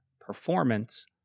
performance